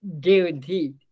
Guaranteed